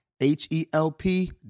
H-E-L-P